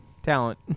Talent